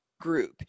group